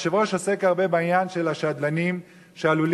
היושב-ראש עוסק הרבה בעניין של השדלנים שעלולים